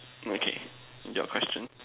okay your question